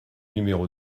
numéro